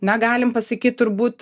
na galim pasakyti turbūt